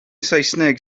saesneg